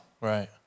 Right